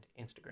Instagram